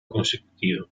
consecutiva